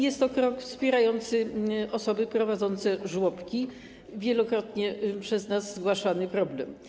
Jest to krok wspierający osoby prowadzące żłobki, wielokrotnie przez nas zgłaszany problem.